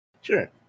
Sure